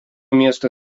miesto